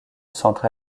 centre